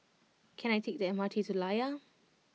can I take the M R T to Layar